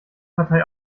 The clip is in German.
partei